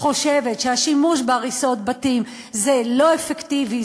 חושבת שהשימוש בהריסות בתים הוא לא אפקטיבי,